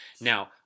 Now